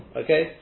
okay